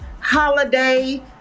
holiday